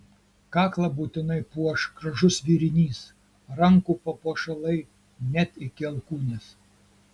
kaklą būtinai puoš gražus vėrinys rankų papuošalai net iki alkūnės